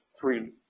three